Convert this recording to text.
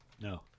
No